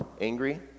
angry